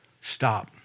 Stop